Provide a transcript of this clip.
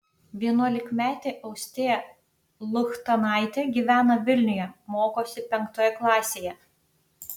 vienuolikmetė austėja luchtanaitė gyvena vilniuje mokosi penktoje klasėje